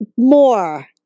more